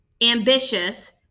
ambitious